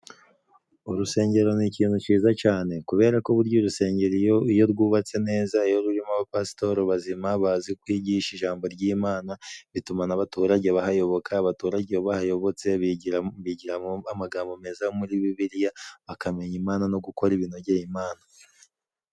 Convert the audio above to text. Urusengero ni ikintu cyiza cane kubera ko burya urusengero iyo iyo rwubatse neza iyo rurimo abapasitori bazima bazi kwigisha ijambo ry'imana bitumaga abaturage bahayoboka abaturage iyo bahayobotse bigiragamo amagambo meza muri bibiliya bakamenya Imana no gukora ibinogeye Imana.